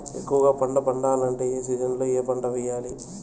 ఎక్కువగా పంట పండాలంటే ఏ సీజన్లలో ఏ పంట వేయాలి